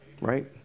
Right